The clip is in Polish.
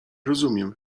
rozumiem